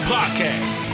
Podcast